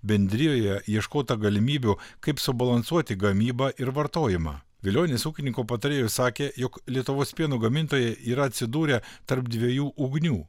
bendrijoje ieškota galimybių kaip subalansuoti gamybą ir vartojimą vilionis ūkininko patarėjui sakė jog lietuvos pieno gamintojai yra atsidūrę tarp dviejų ugnių